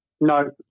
No